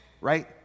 right